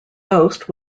boast